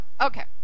okay